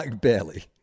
barely